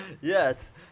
Yes